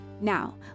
Now